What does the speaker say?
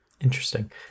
interesting